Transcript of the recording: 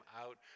out